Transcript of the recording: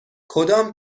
کدام